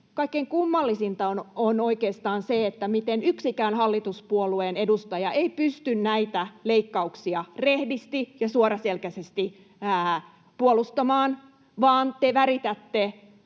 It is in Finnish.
kaikkein kummallisinta on oikeastaan se, miten yksikään hallituspuolueen edustaja ei pysty näitä leikkauksia rehdisti ja suoraselkäisesti puolustamaan, vaan te väritätte